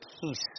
peace